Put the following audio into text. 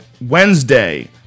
Wednesday